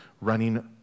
running